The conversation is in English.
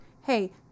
hey